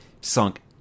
sunk